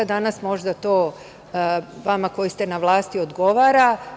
Danas možda to, vama koji ste na vlasti odgovara.